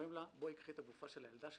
ואומרים לה: קחי את הגופה של הילדה שלך.